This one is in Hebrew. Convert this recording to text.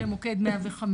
במוקד 105,